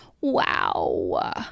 wow